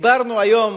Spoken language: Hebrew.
דיברנו היום,